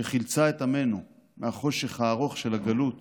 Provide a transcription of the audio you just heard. שחילצה את עמנו מהחושך הארוך של הגלות